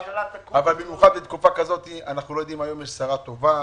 אבל במיוחד בתקופה כזאת היום יש שרה טובה,